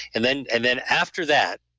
and then and then after that,